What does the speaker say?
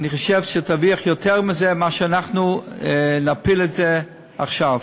אני חושב שתרוויח יותר מאשר אם נפיל את זה עכשיו.